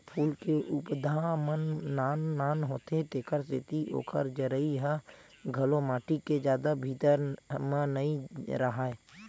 फूल के पउधा मन नान नान होथे तेखर सेती ओखर जरई ह घलो माटी के जादा भीतरी म नइ राहय